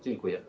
Dziękuję.